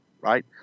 right